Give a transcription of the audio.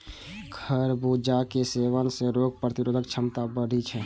खरबूजा के सेवन सं रोग प्रतिरोधक क्षमता बढ़ै छै